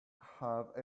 have